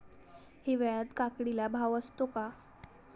हिवाळ्यात काकडीला भाव असतो का?